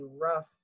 rough